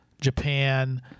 Japan